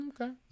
Okay